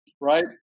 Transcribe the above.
right